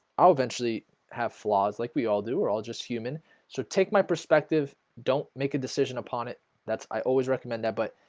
i'll eventually have flaws like we all do or all just human so take my perspective don't make a decision upon it that's i always recommend that but